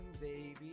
baby